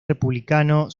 republicano